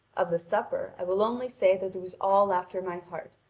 of the supper i will only say that it was all after my heart,